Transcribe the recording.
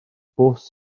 bws